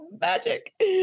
magic